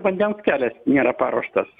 vandens kelias nėra paruoštas